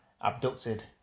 abducted